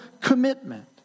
commitment